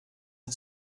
and